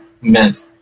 meant